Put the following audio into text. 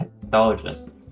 pathologist